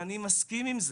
ואני מסכים עם זה,